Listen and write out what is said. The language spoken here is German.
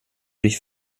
dich